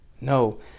no